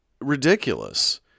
ridiculous